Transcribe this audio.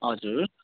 हजुर